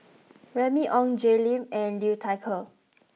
Remy Ong Jay Lim and Liu Thai Ker